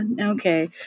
Okay